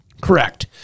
Correct